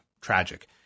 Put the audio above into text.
tragic